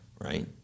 right